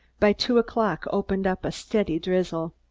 by two o'clock opened up a steady drizzle.